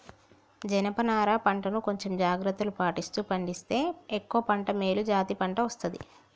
జనప నారా పంట ను కొంచెం జాగ్రత్తలు పాటిస్తూ పండిస్తే ఎక్కువ పంట మేలు జాతి పంట వస్తది